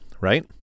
right